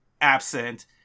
absent